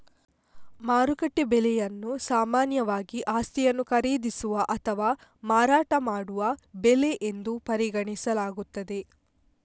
ಮಾರುಕಟ್ಟೆ ಬೆಲೆಯನ್ನು ಸಾಮಾನ್ಯವಾಗಿ ಆಸ್ತಿಯನ್ನು ಖರೀದಿಸುವ ಅಥವಾ ಮಾರಾಟ ಮಾಡುವ ಬೆಲೆ ಎಂದು ಪರಿಗಣಿಸಲಾಗುತ್ತದೆ